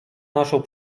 naszą